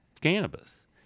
cannabis